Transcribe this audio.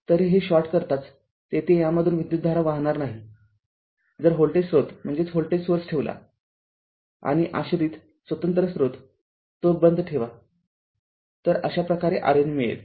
तरहे शॉर्ट करताचतेथे यामधून विद्युतधारा वाहणार नाही जर व्होल्टेज स्रोत ठेवलाआणि आश्रित स्वतंत्र स्रोत तो बंद ठेवा तर अशा प्रकारे RN मिळेल